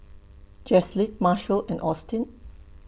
Jaslyn Marshall and Austin